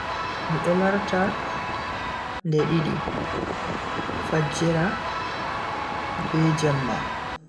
Mido larta nde didi. Fajjira be jemma.